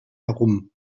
herum